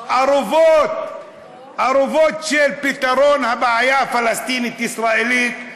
ארובות פתרון הבעיה הפלסטינית ישראלית,